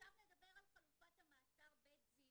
עכשיו נדבר על חלופת מעצר 'בית זיו',